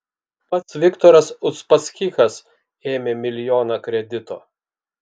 pats viktoras uspaskichas ėmė milijoną kredito